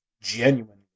genuine